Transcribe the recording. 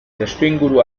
testuinguru